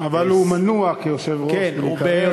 אבל הוא מנוע כיושב-ראש מלדבר,